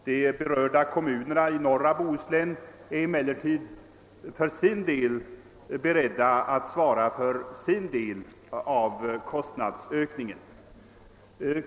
De berörda kommunerna i norra Bohuslän är emellertid beredda att svara för sin del av kostnadsökningen.